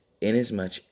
inasmuch